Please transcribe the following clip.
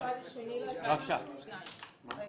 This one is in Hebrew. שמי